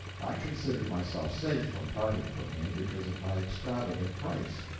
i considered myself safe from parting from him because of my extravagant price.